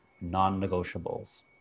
non-negotiables